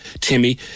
Timmy